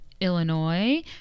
Illinois